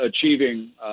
achieving